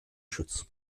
schutz